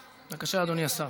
בבקשה, אדוני השר.